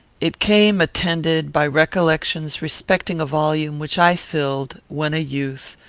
it came attended by recollections respecting a volume which i filled, when a youth,